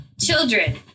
children